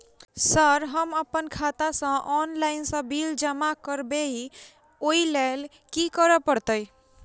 Sir हम अप्पन खाता सऽ ऑनलाइन सऽ बिल सब जमा करबैई ओई लैल की करऽ परतै?